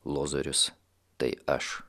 lozorius tai aš